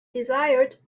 desired